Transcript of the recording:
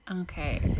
Okay